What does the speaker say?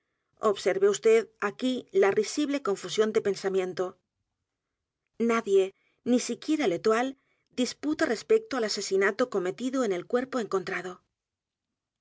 observe vd aquí la risible confusión de pensamiento nadie ni siquiera l'etoile disputa respecto al asesinato cometido en el cuerpo encontrado